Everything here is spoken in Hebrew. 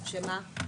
שמה?